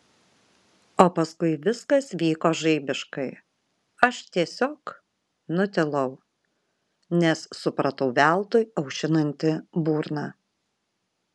o paskui viskas vyko žaibiškai aš tiesiog nutilau nes supratau veltui aušinanti burną